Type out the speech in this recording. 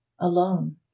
Alone